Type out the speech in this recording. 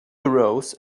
arose